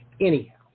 Anyhow